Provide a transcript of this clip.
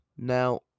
Now